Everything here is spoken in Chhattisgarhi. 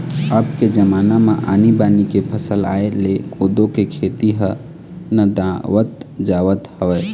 अब के जमाना म आनी बानी के फसल आय ले कोदो के खेती ह नंदावत जावत हवय